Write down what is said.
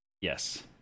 yes